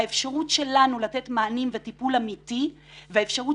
האפשרות שלנו לתת מענים וטיפול אמיתי והאפשרות